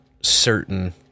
certain